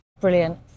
Brilliant